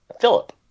Philip